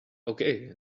okay